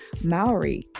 Maori